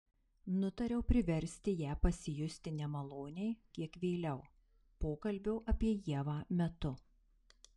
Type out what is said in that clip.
nutariau priversti ją pasijusti nemaloniai kiek vėliau pokalbio apie ievą metu